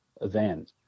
event